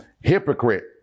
hypocrite